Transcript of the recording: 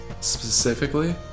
specifically